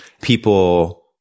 people